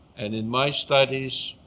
and in my studies